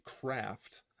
craft